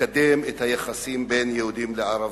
לקידום היחסים בין יהודים לערבים.